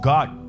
God